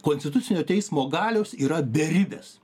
konstitucinio teismo galios yra beribės